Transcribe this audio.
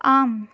आम्